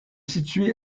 situé